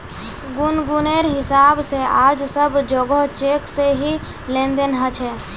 गुनगुनेर हिसाब से आज सब जोगोह चेक से ही लेन देन ह छे